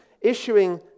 issuing